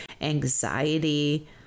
anxiety